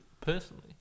personally